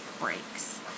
breaks